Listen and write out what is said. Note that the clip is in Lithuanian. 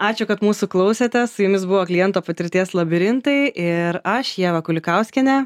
ačiū kad mūsų klausėtės su jumis buvo kliento patirties labirintai ir aš ieva kulikauskienė